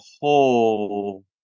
whole